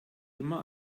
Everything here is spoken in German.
immer